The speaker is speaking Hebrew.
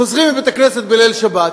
חוזרים מבית-הכנסת בליל שבת,